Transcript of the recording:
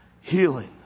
Healing